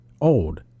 old